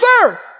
sir